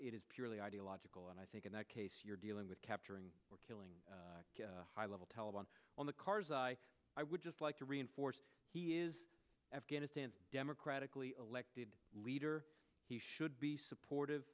it is purely ideological and i think in that case you're dealing with capturing or killing high level taliban on the cars i would just like to reinforce he is afghanistan's democratically elected leader he should be supportive